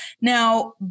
now